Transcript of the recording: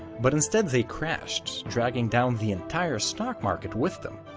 but instead they crashed, dragging down the entire stock market with them.